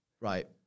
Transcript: Right